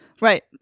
Right